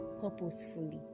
purposefully